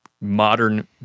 modern